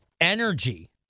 energy